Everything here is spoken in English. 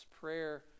Prayer